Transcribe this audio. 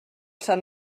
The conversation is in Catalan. sant